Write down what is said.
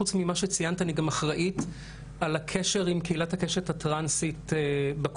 חוץ ממה שציינת אני גם אחראית על הקשר עם קהילת הקשת הטרנסית בקופה.